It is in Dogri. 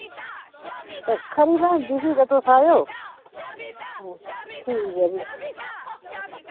एह् खरी भैन जी तां तुस आयो ठीक ऐ भी